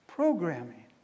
Programming